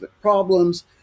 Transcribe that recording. problems